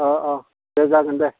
अ अ दे जागोन दे